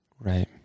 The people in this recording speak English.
Right